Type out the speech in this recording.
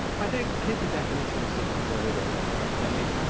i think i think the definition is different for everybody. correct? i mean,